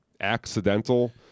accidental